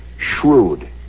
shrewd